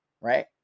right